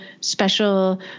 special